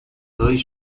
dois